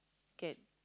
get